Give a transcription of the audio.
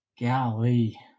Golly